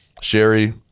sherry